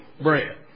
bread